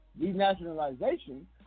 Denationalization